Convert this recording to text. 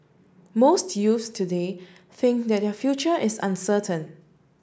most youths today think that their future is uncertain